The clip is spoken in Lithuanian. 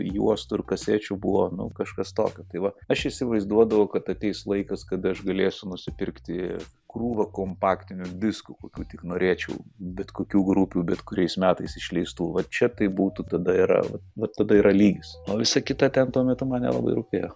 juostų ir kasečių buvo nu kažkas tokio tai va aš įsivaizduodavau kad ateis laikas kada aš galėsiu nusipirkti krūvą kompaktinių diskų kokių tik norėčiau bet kokių grupių bet kuriais metais išleistų va čia tai būtų tada yra vat tada yra lygis o visa kita ten tuo metu man nelabai rūpėjo